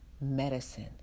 medicine